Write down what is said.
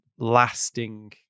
lasting